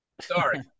Sorry